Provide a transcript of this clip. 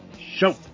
show